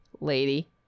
lady